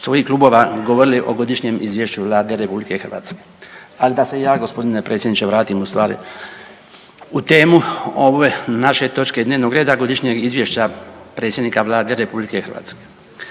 svojih klubova govorili o Godišnjem izvješću Vlade Republike Hrvatske. Ali da se ja gospodine predsjedniče vratim ustvari u temu ove naše točke dnevnoga reda Godišnjeg izvješća predsjednika Vlade Republike Hrvatske.